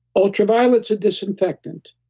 ultraviolet's a disinfectant.